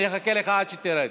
אני אחכה לך עד שתרד.